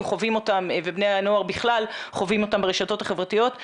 חווים אותם ובני הנוער בכלל חווים אותם ברשתות החברתיות,